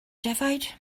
defaid